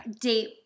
date